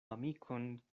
amikon